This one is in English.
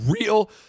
real